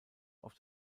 auf